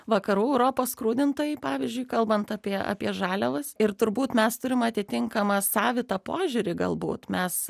vakarų europos skrudintojai pavyzdžiui kalbant apie apie žaliavas ir turbūt mes turim atitinkamą savitą požiūrį galbūt mes